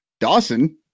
Dawson